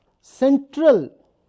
central